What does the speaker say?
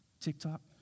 TikTok